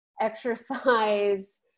exercise